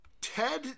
Ted